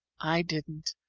i didn't.